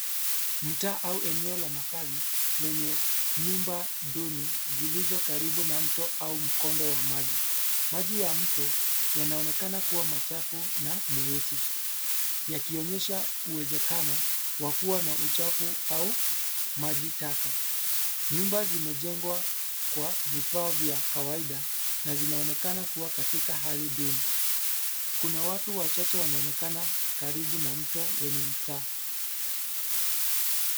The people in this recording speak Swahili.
Mtaa au eneo la makazi lenye nyumba duni zilizo karibu na mto au mkondo wa maji. Maji ya mto, yanaonekana kuwa machafu na meusi, yakionyesha uwezekano wa kuwa na uchafu au maji taka. Nyumba zimejengwa kwa vifaa vya kawaida na zinaonekana kuwa katika hali duni. Kuna watu wachache wanaonekana karibu na mto wenye mtaa.